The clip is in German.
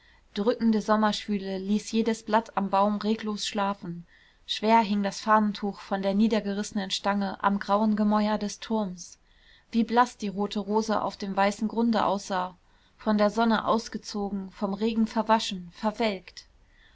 drückende sommerschwüle ließ jedes blatt am baum reglos schlafen schwer hing das fahnentuch von der niedergerissenen stange am grauen gemäuer des turms wie blaß die rote rose auf dem weißen grunde aussah von der sonne ausgezogen vom regen verwaschen verwelkt